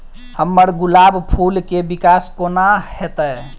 हम्मर गुलाब फूल केँ विकास कोना हेतै?